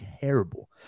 terrible